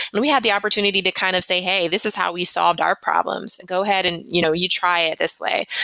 and have the opportunity to kind of say, hey, this is how we solved our problems. go ahead and you know you try it this way.